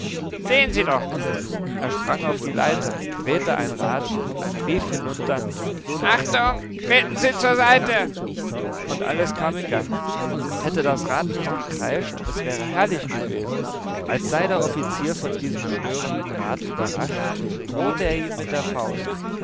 sehen sie doch er sprang auf die leiter drehte ein rad rief hinunter achtung treten sie zur seite und alles kam in gang hätte das rad nicht gekreischt es wäre herrlich gewesen als sei der offizier von diesem störenden rad überrascht drohte er ihm mit der faust